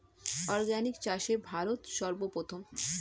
organic চাষে ভারত সর্বপ্রথম